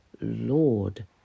Lord